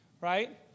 right